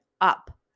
up